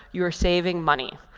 you're saving money.